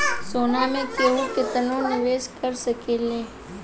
सोना मे केहू केतनो निवेस कर सकेले